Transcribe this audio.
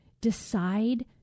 decide